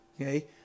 okay